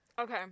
Okay